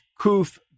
kuf